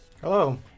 Hello